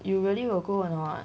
you really will go or not